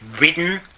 written